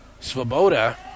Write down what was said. Svoboda